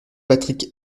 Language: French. patrick